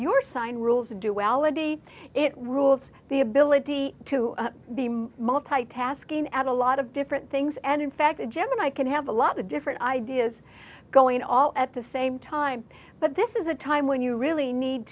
your sign rules duality it rules the ability to be multitasking at a lot of different things and in fact a gemini can have a lot of different ideas going all at the same time but this is a time when you really need